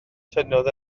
tynnodd